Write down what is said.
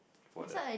for the